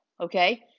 Okay